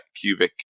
cubic